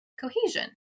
cohesion